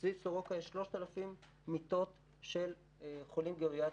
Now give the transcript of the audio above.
סביב סרוקה יש 3,000 מיטות של חולים גריאטריים.